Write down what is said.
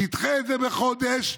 נדחה את זה בחודש,